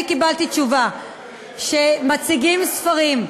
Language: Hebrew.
אני קיבלתי תשובה, שמציגים ספרים,